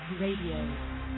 Radio